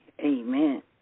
Amen